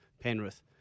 Penrith